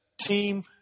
team